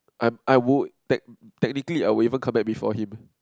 I I would tech~ technically I would even come back before him